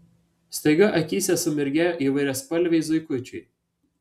staiga akyse sumirgėjo įvairiaspalviai zuikučiai